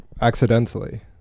Accidentally